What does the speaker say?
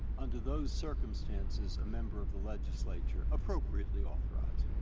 under those circumstances, a member of the legislature, appropriately authorized,